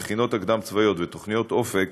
המכינות הקדם-צבאיות ותוכניות אופק